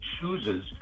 chooses